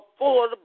affordable